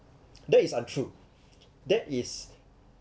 that is untrue that is